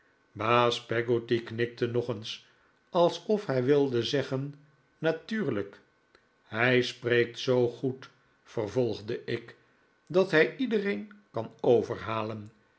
peggotty knikte nog eens alsof hij wilde zeggen natuurlijk hij spreekt zoo goed vervolgde ik dat hij iedereen kan overhalen